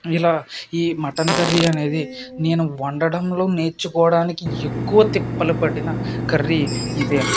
ఇలా ఈ mutton curry అనేది నేను వండటంలో నేర్చుకోవడానికి ఎక్కువ తిప్పలు పడిన కర్రీ ఇదే